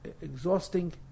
exhausting